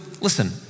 listen